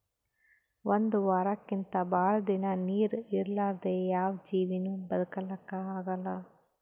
ಒಂದ್ ವಾರಕ್ಕಿಂತ್ ಭಾಳ್ ದಿನಾ ನೀರ್ ಇರಲಾರ್ದೆ ಯಾವ್ ಜೀವಿನೂ ಬದಕಲಕ್ಕ್ ಆಗಲ್ಲಾ